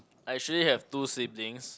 I actually have two siblings